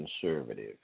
conservative